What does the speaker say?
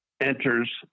enters